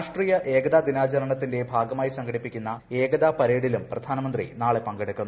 രാഷ്ട്രീയ ഏകത ദിനാചരണത്തിന് ഭാഗമായി സംഘടിപ്പിക്കുന്ന ഏകത പരേഡിലും പ്രധാനമന്ത്രി നാളെ പങ്കെടുക്കും